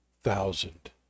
thousand